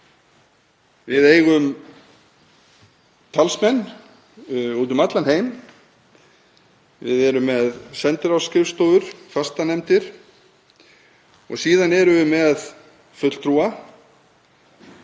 Við eigum talsmenn úti um allan heim. Við erum með sendiráðsskrifstofur, fastanefndir, og síðan erum við með fulltrúa